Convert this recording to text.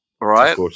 Right